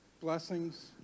blessings